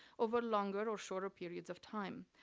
over longer or shorter periods of time.